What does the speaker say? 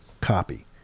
copy